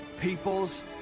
peoples